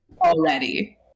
Already